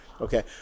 okay